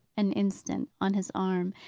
an instant, on his arm,